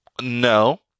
No